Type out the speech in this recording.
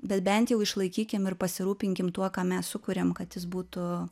bet bent jau išlaikykim ir pasirūpinkim tuo ką mes sukuriam kad jis būtų